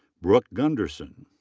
brooke gundersen.